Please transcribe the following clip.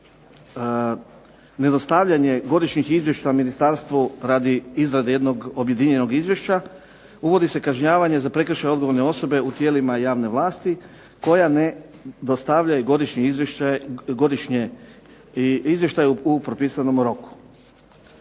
nedostavljanje godišnjih izvješća ministarstvu radi izrade jednog objedinjenog izvješća, uvodi se kažnjavanje za prekršaj odgovorne osobe u tijelima javne vlasti koja ne dostavlja i godišnji izvještaj u propisanom roku.